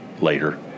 later